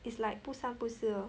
it's like 不三不四 lor